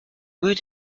but